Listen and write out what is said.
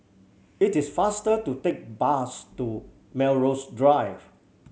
it is faster to take bus to Melrose Drive